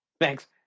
thanks